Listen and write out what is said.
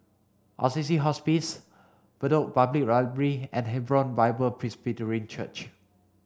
Assisi Hospice Bedok Public Library and Hebron Bible Presbyterian Church